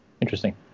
Interesting